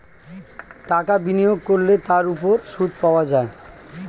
টাকা বিনিয়োগ করলে তার উপর সুদ পাওয়া যায়